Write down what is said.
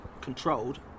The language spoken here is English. controlled